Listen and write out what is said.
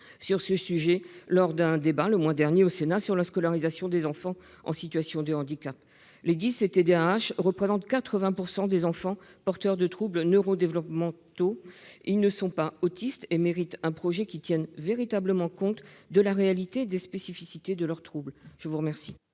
sur ce sujet lors d'un débat, le mois dernier, sur la scolarisation des enfants en situation de handicap. Les « dys » et TDAH représentent 80 % des enfants porteurs de troubles neuro-développementaux. Ils ne sont pas autistes et méritent un projet qui tienne véritablement compte de la réalité et des spécificités de leurs troubles. La parole